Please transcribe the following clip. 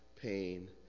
pain